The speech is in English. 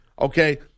okay